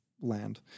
land